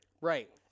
right